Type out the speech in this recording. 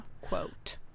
Quote